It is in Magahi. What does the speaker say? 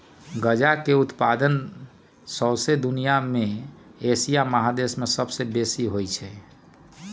गजा के उत्पादन शौसे दुनिया में एशिया महादेश में सबसे बेशी होइ छइ